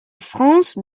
france